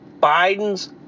Biden's